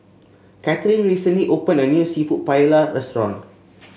Katherin recently opened a new seafood Paella restaurant